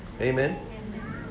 Amen